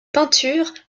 peintures